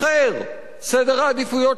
סדר העדיפויות שלה הוא שונה,